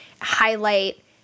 highlight